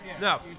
No